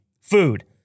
food